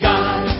God